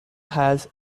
has